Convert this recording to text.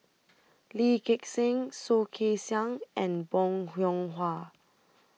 Lee Gek Seng Soh Kay Siang and Bong Hiong Hwa